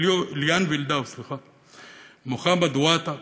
מוחמד וותד,